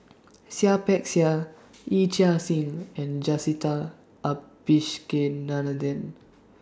Seah Peck Seah Yee Chia Hsing and Jacintha